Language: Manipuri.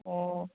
ꯑꯣ